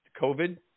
COVID